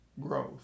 growth